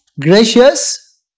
Gracious